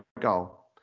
goal